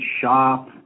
shop